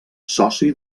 soci